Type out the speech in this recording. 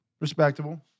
respectable